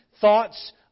thoughts